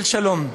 של שלום.